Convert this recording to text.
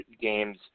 games